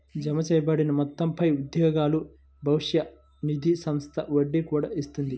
జమచేయబడిన మొత్తంపై ఉద్యోగుల భవిష్య నిధి సంస్థ వడ్డీ కూడా ఇస్తుంది